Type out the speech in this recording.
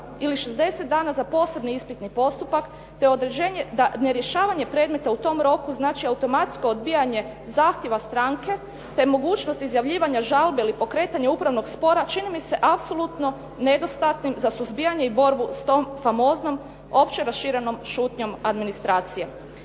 ili 60 dana za posebni ispitni postupak te određenje da nerješavanje predmeta u tom roku znači automatsko odbijanje zahtjeva stranke te mogućnost izjavljivanja žalbe ili pokretanja upravnog spora, čini mi se apsolutno nedostatnim za suzbijanje i borbu s tom famoznom opće raširenom šutnjom administracije.